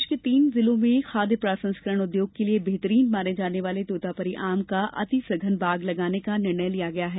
प्रदेश के तीन जिलों में खाद्य प्रसंस्करण उद्योग के लिए बेहतरीन माने जाने वाले तोतापरी आम का अतिसघन बाग लगाने का निर्णय लिया गया है